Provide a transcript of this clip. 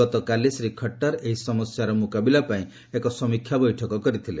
ଗତକାଲି ଶ୍ରୀ ଖଟ୍ଟର ଏହି ସମସ୍ୟାର ମୁକାବିଲା ପାଇଁ ଏକ ସମୀକ୍ଷା ବୈଠକ କରିଥିଲେ